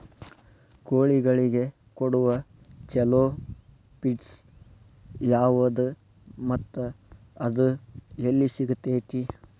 ಕೋಳಿಗಳಿಗೆ ಕೊಡುವ ಛಲೋ ಪಿಡ್ಸ್ ಯಾವದ ಮತ್ತ ಅದ ಎಲ್ಲಿ ಸಿಗತೇತಿ?